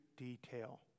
detail